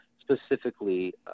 specifically